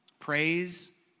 Praise